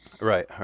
right